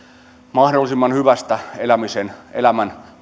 mahdollisimman hyvästä elämän